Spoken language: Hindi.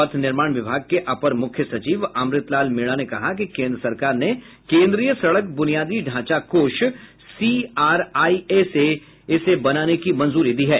पथ निर्माण विभाग के अपर मुख्य सचिव अमृत लाल मीणा ने कहा कि केन्द्र सरकार ने केन्द्रीय सड़क बुनियादी ढांच कोषसीआरआईए से इसे बनाने की मंजूरी दी है